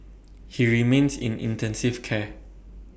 he remains in intensive care